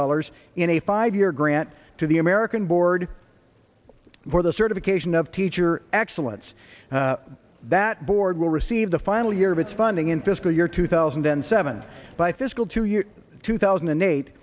dollars in a five year grant to the american board for the certification of teacher excellence that board will receive the final year of its funding in fiscal year two thousand and seven by fiscal two year two thousand and eight